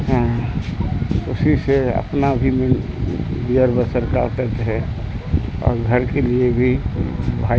اسی سے اپنا بھی مل گزر بسر کرتے تھے اور گھر کے لیے بھی بھائی